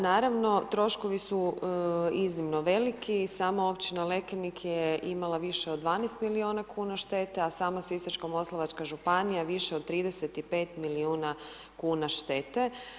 Naravno, troškovi su iznimno veliki, sama općina Lekenik je imala više od 12 milijuna kuna štete, a sama Sisačko-moslavačka županija više od 35 milijuna kuna štete.